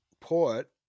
Port